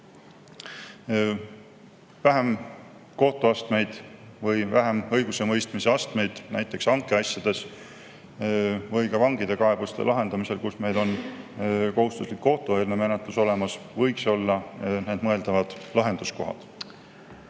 Vähem kohtuastmeid või vähem õigusemõistmise astmeid näiteks hankeasjades või ka vangide kaebuste lahendamisel, kus meil on kohustuslik kohtueelne menetlus olemas, võiks olla mõeldavad lahenduskohad.